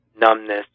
numbness